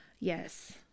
yes